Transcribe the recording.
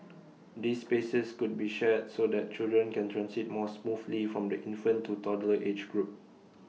these spaces could be shared so that children can transit more smoothly from the infant to toddler age group